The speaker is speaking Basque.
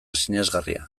sinesgarria